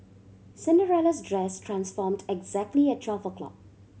Cinderella's dress transformed exactly at twelve o'clock